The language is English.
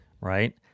right